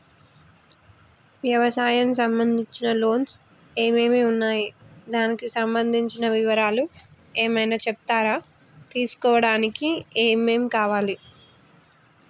వ్యవసాయం సంబంధించిన లోన్స్ ఏమేమి ఉన్నాయి దానికి సంబంధించిన వివరాలు ఏమైనా చెప్తారా తీసుకోవడానికి ఏమేం కావాలి?